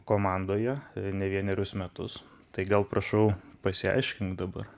komandoje ne vienerius metus tai gal prašau pasiaiškink dabar